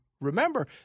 remember